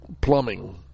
plumbing